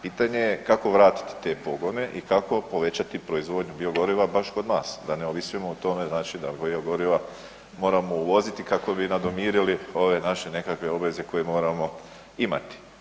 Pitanje je kako vratiti te pogone i kako povećati proizvodnju biogoriva vaš kod nas da ne ovisimo o tome da biogoriva moramo uvoziti kako bi nadomirili ove nekakve naše obveze koje moramo imati?